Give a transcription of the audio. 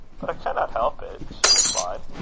but i canna help it, she replied.